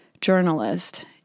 journalist